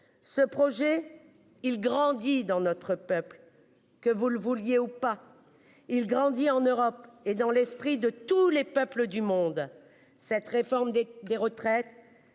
Ce projet il grandit dans notre peuple que vous le vouliez ou pas. Il grandit en Europe et dans l'esprit de tous les peuples du monde. Cette réforme des des retraites.